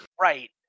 Right